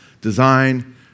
design